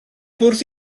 bwrdd